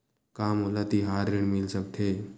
का मोला तिहार ऋण मिल सकथे?